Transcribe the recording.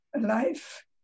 life